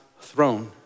throne